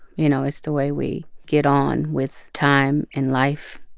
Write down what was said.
you know, it's the way we get on with time and life,